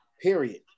period